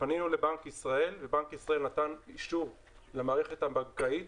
פנינו לבנק ישראל והוא נתן אישור למערכת הבנקאית